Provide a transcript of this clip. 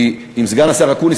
כי אם סגן השר אקוניס,